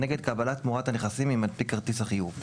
כנגד קבלת תמורת הנכסים ממנפיק כרטיס החיוב,